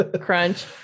crunch